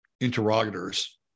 interrogators